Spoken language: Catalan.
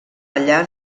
allà